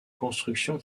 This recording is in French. construction